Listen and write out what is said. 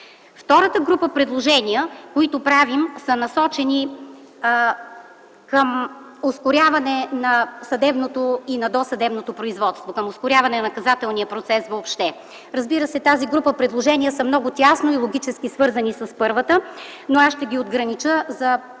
Втората група предложения, които правим, са насочени към ускоряване на съдебното и досъдебното производство, към ускоряване на наказателния процес въобще. Разбира се, тази група предложения са много тясно и логически свързани с първата, но аз ще ги отгранича за ваша прегледност